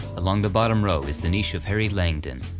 along the bottom row is the niche of harry langdon.